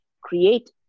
create